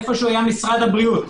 היה משרד הבריאות.